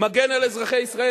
מגן על אזרחי ישראל.